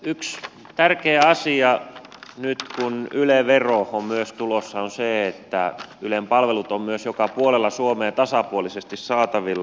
yksi tärkeä asia nyt kun myös yle vero on tulossa on se että ylen palvelut ovat joka puolella suomea tasapuolisesti saatavilla